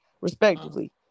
respectively